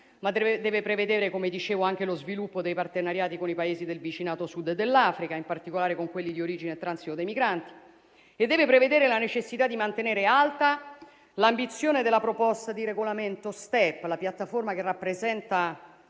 ma deve prevedere anche lo sviluppo dei partenariati con i Paesi del vicinato Sud dell'Africa, in particolare con quelli di origine e transito dei migranti, e deve prevedere la necessità di mantenere alta l'ambizione della proposta di regolamento Step, la piattaforma che rappresenta